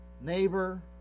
neighbor